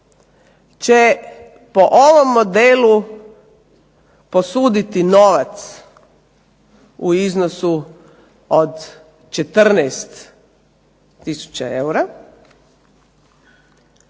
će po ovom modelu posuditi novac u iznosu od 14 tisuća eura,